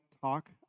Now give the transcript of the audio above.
talk